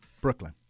Brooklyn